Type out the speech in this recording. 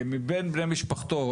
מבין בני משפחתו,